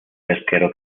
pesquero